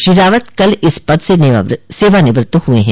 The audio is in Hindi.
श्री रावत कल इस पद से सेवानिवृत्त हुए हैं